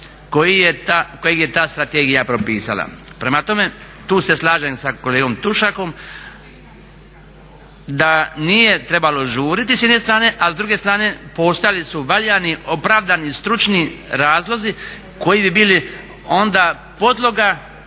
kojeg je ta strategija propisala. Prema tome, tu se slažem sa kolegom Tušakom da nije trebalo žuriti s jedne strane a s druge strane postojali su valjani, opravdani, stručni razlozi koji bi bili onda podloga